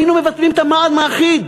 היינו מבטלים את המע"מ האחיד.